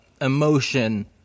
emotion